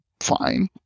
fine